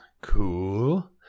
cool